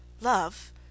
love